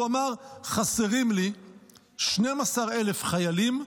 הוא אמר: חסרים לי 12,000 חיילים,